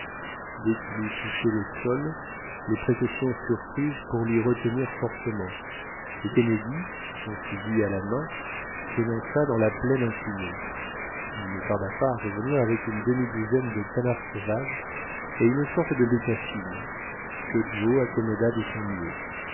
dès qu'il eut touché le sol les précautions furent prises pour l'y retenir fortement et kennedy son fusil à la main s'élança dans la plaine inclinée il ne tarda pas à revenir avec une demi-douzaine de canards sauvages et une sorte de bécassine que joe accom moda de son mieux